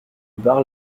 bar